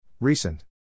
Recent